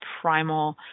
primal